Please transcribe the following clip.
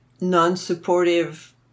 non-supportive